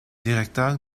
directeur